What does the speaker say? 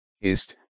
ist